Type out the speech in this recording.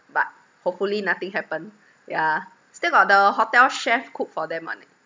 but hopefully nothing happen yeah still got the hotel chef cook for them [one] eh